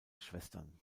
schwestern